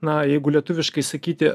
na jeigu lietuviškai sakyti